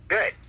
Good